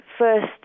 first